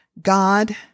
God